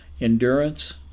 Endurance